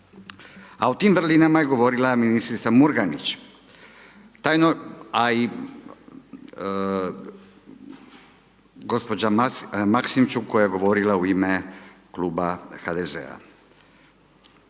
a o tim vrlinama je govorila ministrica Murganić, a i gospođa Masimčuk koja je govorila u ime Kluba HDZ-a.